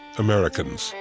americans,